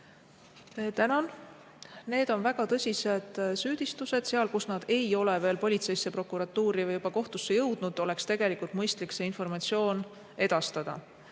Tänan! Need on väga tõsised süüdistused. Kui need ei ole veel politseisse, prokuratuuri või kohtusse jõudnud, oleks tegelikult mõistlik see informatsioon edastada.